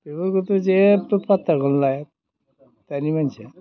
बेफोरखौथ' जेबो फाथ्थाखौनो लाया दानि मानसिया